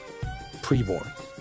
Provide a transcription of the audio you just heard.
Preborn